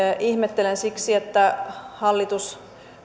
ihmettelen siksi että hallitus